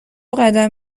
قدم